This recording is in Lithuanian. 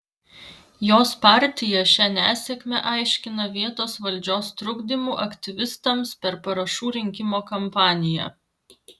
jos partija šią nesėkmę aiškina vietos valdžios trukdymu aktyvistams per parašų rinkimo kampaniją